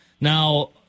now